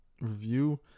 review